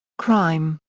crime,